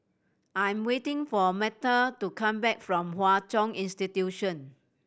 I am waiting for Metta to come back from Hwa Chong Institution